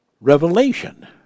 revelation